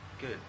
Good